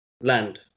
land